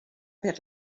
per